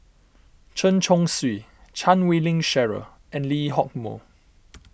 Chen Chong Swee Chan Wei Ling Cheryl and Lee Hock Moh